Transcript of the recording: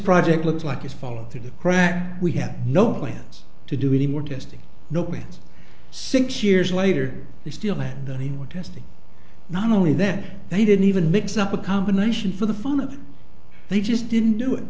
project looks like it's falling through the cracks we have no plans to do any more testing no way six years later they still have that what testing not only that they didn't even mix up a combination for the fun of them they just didn't do it